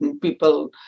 people